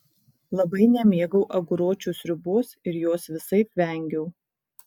labai nemėgau aguročių sriubos ir jos visaip vengiau